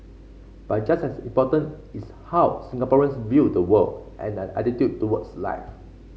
but just as important is how Singaporeans view the world and their attitude towards life